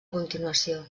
continuació